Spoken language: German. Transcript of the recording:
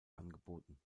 angeboten